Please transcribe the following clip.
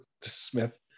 smith